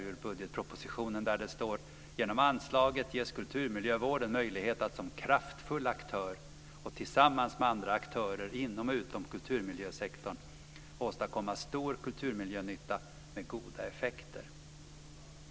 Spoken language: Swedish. I budgetpropositionen står det: "Genom anslaget ges kulturmiljövården möjlighet att som kraftfull aktör och tillsammans med andra aktörer inom och utom kulturmiljösektorn, åstadkomma stor kulturmiljönytta med goda effekter."